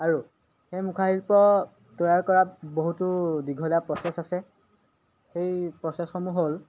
আৰু সেই মুখাশিল্প তৈয়াৰ কৰাত বহুতো দীঘলীয়া প্ৰচেছ আছে সেই প্ৰচেছসমূহ হ'ল